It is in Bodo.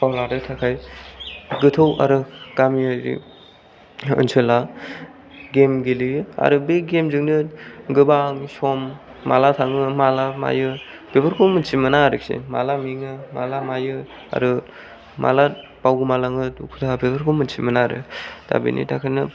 बावलांनो थाखाय गोथौ आरो गामि ओनसोलाव गेम गेलेयो आरो बे गेम जोंनो गोबां सम माला थाङो माला मायो बेफोरखौ मोनथिमोना आरोखि माला मेङो माला मायो आरो माला बावगोमालाङो दुखु दाहा बेफोरखौ मोनथिमोना आरो दा बेनि थाखायनो